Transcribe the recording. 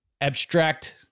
abstract